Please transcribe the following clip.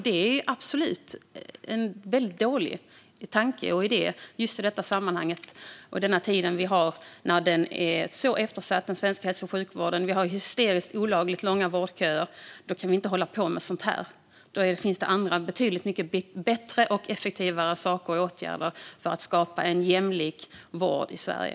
Det är en väldigt dålig tanke och idé i det sammanhang och den tid vi lever i, när den svenska hälso och sjukvården är så eftersatt. Vi har hysteriskt, olagligt, långa vårdköer. Då kan vi inte hålla på med sådant. Det finns andra, betydligt mycket bättre och mer effektiva saker och åtgärder för att skapa en jämlik vård i Sverige.